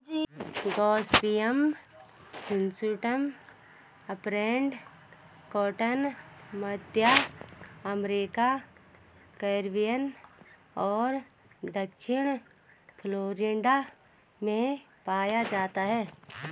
Gossypium hirsutum upland cotton, मध्य America, Caribbean और दक्षिणी फ्लोरिडा में पाया जाता है